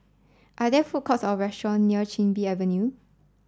are there food courts or restaurant near Chin Bee Avenue